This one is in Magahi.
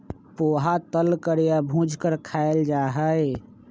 पोहा तल कर या भूज कर खाल जा हई